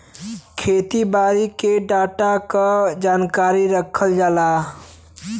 खेती बारी के डाटा क जानकारी रखल जाला